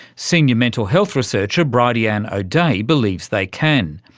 senior mental health researcher bridianne o'dea believes they can.